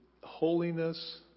holiness